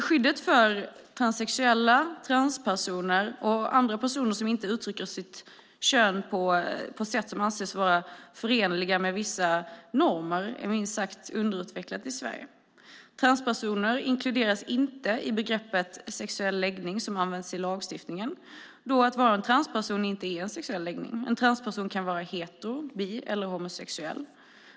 Skyddet för transsexuella, transpersoner och andra som inte uttrycker sitt kön på sätt som anses vara förenliga med vissa normer är minst sagt underutvecklat i Sverige. Transpersoner inkluderas inte i begreppet sexuell läggning sådant det används i lagstiftningen då att vara en transperson inte är en sexuell läggning. En transperson kan vara hetero-, bi eller homosexuell.